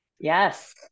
Yes